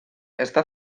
està